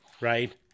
right